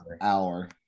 hour